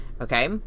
Okay